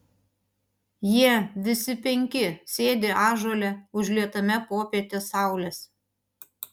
jie visi penki sėdi ąžuole užlietame popietės saulės